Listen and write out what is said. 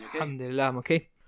okay